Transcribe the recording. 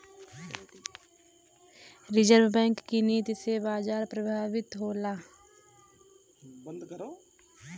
reserve Bank क नीति से बाजार प्रभावित होला